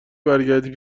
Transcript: برگردی